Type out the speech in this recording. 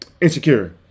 Insecure